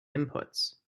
inputs